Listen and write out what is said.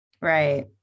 Right